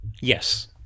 Yes